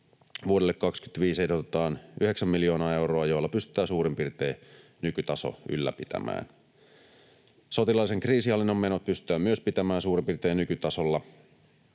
vuodelle 25 ehdotetaan 9 miljoonaa euroa, joilla pystytään suurin piirtein nykytaso ylläpitämään. Sotilaallisen kriisinhallinnan menot pystytään myös pitämään suurin piirtein nykytasolla.